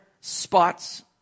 spots